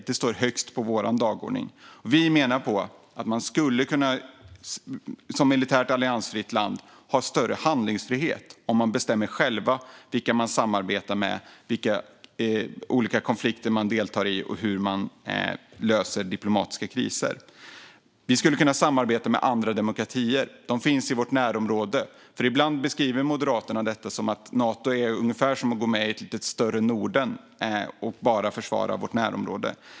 Det står högst på vår dagordning. Vi menar att man som militärt alliansfritt land skulle kunna ha större handlingsfrihet. Man bestämmer själv vilka man samarbetar med, vilka olika konflikter man deltar i och hur man löser diplomatiska kriser. Vi skulle kunna samarbeta med andra demokratier. De finns i vårt närområde. Ibland beskriver Moderaterna det som att en Natoanslutning är ungefär som att gå med i ett lite större Norden och bara försvara vårt närområde.